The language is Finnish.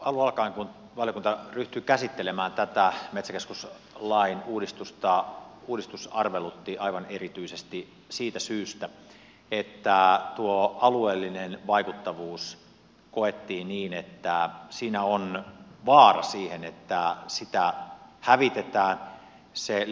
alun alkaen kun valiokunta ryhtyi käsittelemään tätä metsäkeskus lain uudistusta uudistus arvelutti aivan erityisesti siitä syystä että tuo alueellinen vaikuttavuus koettiin niin että siinä on vaara siihen että sitä hävitetään se